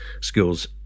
skills